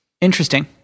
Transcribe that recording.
Interesting